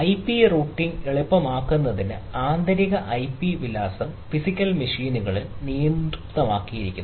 IP routing എളുപ്പമാക്കുന്നതിന് ആന്തരിക IP വിലാസം ഫിസിക്കൽ മെഷീനുകളിൽ നിയുക്തമാക്കിയിരിക്കുന്നു